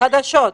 - חדשות.